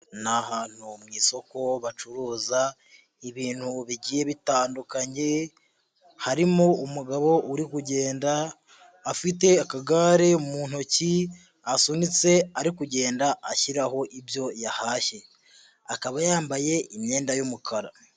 Ni ahantu mu isoko bacuruza ibintu bigiye bitandukanye, harimo umugabo uri kugenda afite akagare mu ntoki asunitse, ari kugenda ashyiraho ibyo yahashye akaba yambaye imyenda y'umukara.